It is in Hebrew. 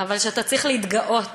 שאתה צריך להתגאות